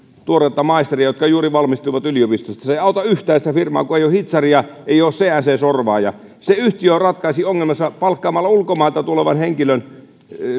tuoretta maisteria jotka juuri valmistuivat yliopistosta se ei auta yhtään sitä firmaa kun ei ole hitsaria ei ole cnc sorvaajaa se yhtiö ratkaisi ongelmansa palkkaamalla ulkomailta tulevan henkilön